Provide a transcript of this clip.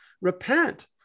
repent